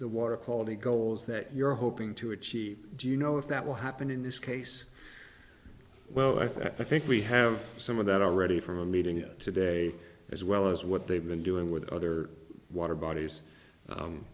the water quality goals that you're hoping to achieve do you know if that will happen in this case well i think we have some of that already from a meeting today as well as what they've been doing with other water bodies